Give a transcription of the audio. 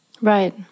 Right